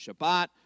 Shabbat